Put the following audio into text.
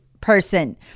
person